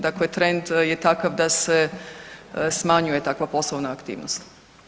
Dakle, trend je takav da se smanjuje takva poslovna aktivnost.